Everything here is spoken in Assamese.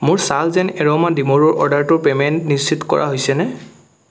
মোৰ চাল্জ এণ্ড এৰোমা ডিমৰুৰ অৰ্ডাৰটোৰ পে'মেণ্ট নিশ্চিত কৰা হৈছেনে